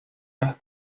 las